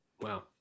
wow